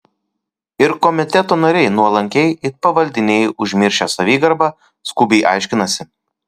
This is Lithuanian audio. ir komiteto nariai nuolankiai it pavaldiniai užmiršę savigarbą skubiai aiškinasi